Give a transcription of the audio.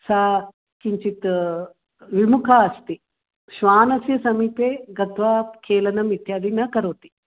सा किञ्चित् विमुखा अस्ति श्वानस्य समीपे गत्वा खेलनम् इत्यादि न करोति